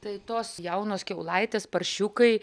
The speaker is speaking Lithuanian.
tai tos jaunos kiaulaitės paršiukai